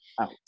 Out